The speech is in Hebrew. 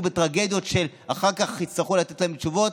בטרגדיות שאחר כך יצטרכו לתת עליהן תשובות,